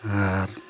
ᱟᱨ